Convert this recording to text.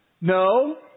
No